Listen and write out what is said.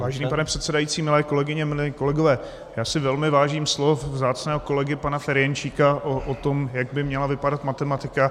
Vážený pane předsedající, milé kolegyně, milí kolegové, já si velmi vážím slov vzácného kolegy pana Ferjenčíka o tom, jak by měla vypadat matematika.